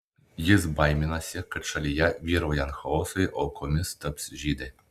jis baiminasi kad šalyje vyraujant chaosui aukomis taps žydai